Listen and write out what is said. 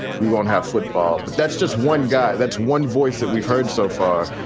we won't have football. but that's just one guy. that's one voice that we've heard so far.